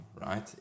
right